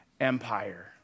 empire